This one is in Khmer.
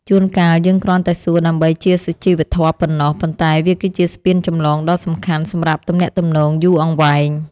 ជួនកាលយើងគ្រាន់តែសួរដើម្បីជាសុជីវធម៌ប៉ុណ្ណោះ ប៉ុន្តែវាគឺជាស្ពានចម្លងដ៏សំខាន់សម្រាប់ទំនាក់ទំនងយូរអង្វែង។